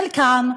חלקם,